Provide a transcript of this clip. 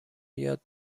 یاد